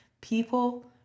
People